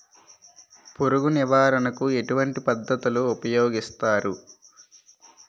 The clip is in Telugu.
పురుగు నివారణ కు ఎటువంటి పద్ధతులు ఊపయోగిస్తారు?